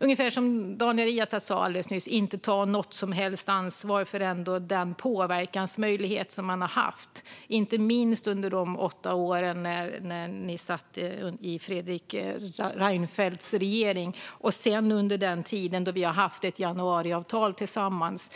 man, som Daniel Riazat nyss sa, inte tar något som helst ansvar för den påverkansmöjlighet man ändå har haft, inte minst under de åtta år som man satt med i Fredrik Reinfeldts regering och sedan under den tid vi hade januariavtalet tillsammans.